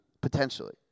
potentially